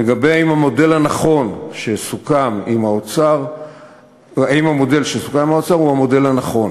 לגבי השאלה אם המודל שסוכם עם האוצר הוא המודל הנכון,